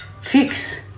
fix